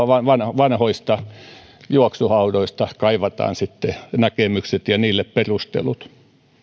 vanhoista juoksuhaudoista kaivetaan näkemykset ja niille perustelut